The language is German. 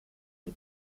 die